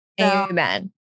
Amen